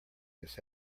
this